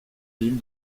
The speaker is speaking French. ville